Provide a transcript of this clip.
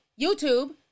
YouTube